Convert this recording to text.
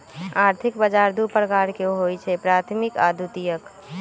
आर्थिक बजार दू प्रकार के होइ छइ प्राथमिक आऽ द्वितीयक